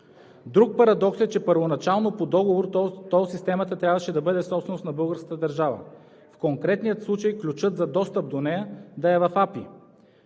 Друг парадокс е, че първоначално по договор тол системата трябваше да бъде собственост на българската държава, в конкретния случай ключът за достъп до нея да е в АПИ,